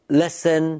lesson